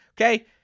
okay